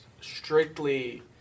strictly